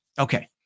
Okay